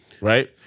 right